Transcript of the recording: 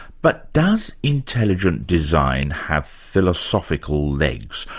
but does intelligent design have philosophical legs,